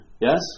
Yes